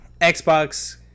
Xbox